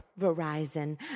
Verizon